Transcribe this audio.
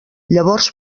llavors